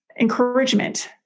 encouragement